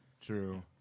True